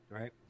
right